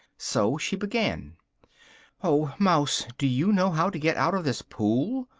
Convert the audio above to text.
so she began oh mouse, do you know how to get out of this pool?